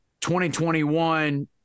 2021